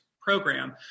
program